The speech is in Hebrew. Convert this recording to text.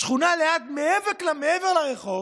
השכונה ליד, מעבר לרחוב,